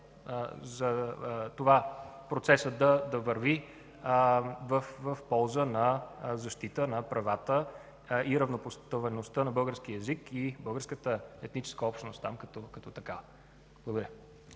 за това процесът да върви в полза на защита на правата и равнопоставеността на българския език и българската етническа общност там като такава. Благодаря.